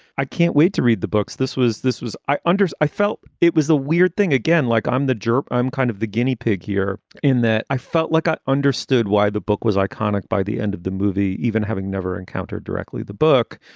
i can't wait to read the books. this was this was i unders. i felt it was a weird thing again, like i'm the jerk. i'm kind of the guinea pig here in that i felt like i understood why the book was iconic by the end of the movie, even having never encountered directly the book.